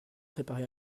préparer